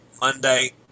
Monday